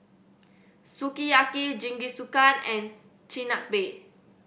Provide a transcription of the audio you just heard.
Sukiyaki Jingisukan and Chigenabe